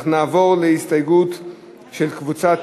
אנחנו נעבור להסתייגות של קבוצת,